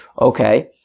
Okay